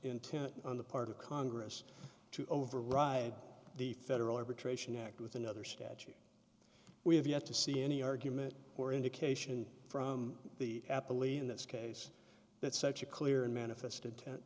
intent on the part of congress to override the federal arbitration act with another statute we have yet to see any argument or indication from the apple lead in this case that such a clear unmanifested